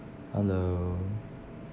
hello